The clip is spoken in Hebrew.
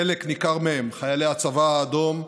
חלק ניכר מהם חיילי הצבא האדום,